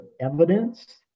evidence